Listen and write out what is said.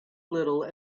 little